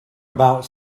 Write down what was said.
about